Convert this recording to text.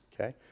okay